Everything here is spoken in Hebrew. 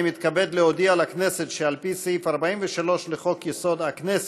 אני מתכבד להודיע לכנסת שעל-פי סעיף 43 לחוק-יסוד: הכנסת,